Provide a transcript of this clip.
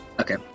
Okay